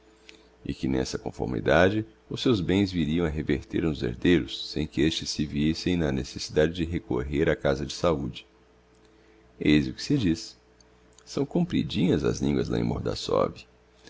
e que n'essa conformidade os seus bens viriam a reverter nos herdeiros sem que estes se vissem na necessidade de recorrer á casa de saude eis o que se diz são compridinhas as linguas lá